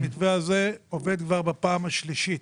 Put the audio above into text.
שהמתווה הזה עובד כבר בפעם השלישית.